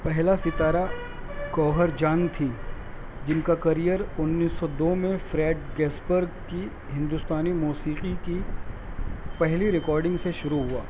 پہلا ستارہ گوہر جان تھیں جن کا کیریئر انیس سو دو میں فریڈ گیسبرگ کی ہندوستانی موسیقی کی پہلی ریکارڈنگ سے شروع ہوا